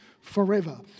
forever